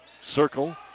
circle